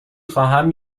خواهم